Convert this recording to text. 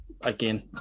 again